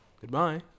Goodbye